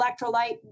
electrolyte